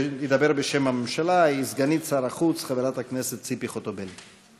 בשם הממשלה תדבר סגנית שר החוץ חברת הכנסת ציפי חוטובלי.